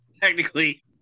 technically